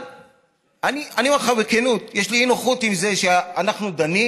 אני אומר לך בכנות: יש לי אי-נוחות עם זה שאנחנו דנים